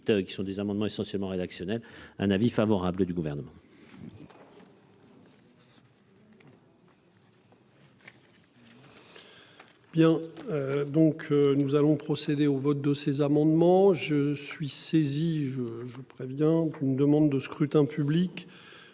qui sont des amendements essentiellement rédactionnel un avis favorable du gouvernement. Bien. Donc nous allons procéder au vote de ces amendements je suis saisi je je préviens ou une demande de scrutin public